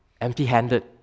empty-handed